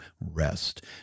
rest